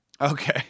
Okay